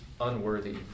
unworthy